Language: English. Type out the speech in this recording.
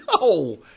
No